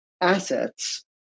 assets